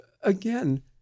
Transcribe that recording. again